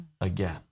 again